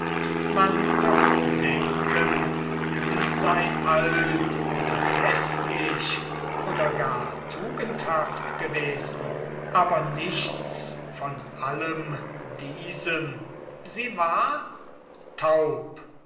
man wird denken sie sei alt oder häßlich oder gar tugendhaft gewesen aber nichts von allem diesem sie war taub